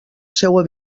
seua